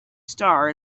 star